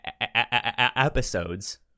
episodes